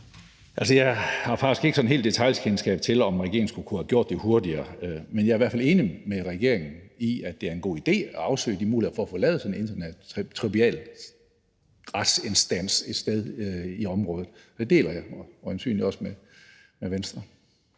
Jeg har faktisk sådan ikke helt detailkendskab til, om regeringen skulle kunne have gjort det hurtigere, men jeg er i hvert fald enig med regeringen i, at det er en god idé at afsøge de muligheder for at få lavet sådan en international retsinstans et sted i området. Den deler jeg øjensynligt også med Venstre.